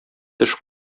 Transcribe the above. теш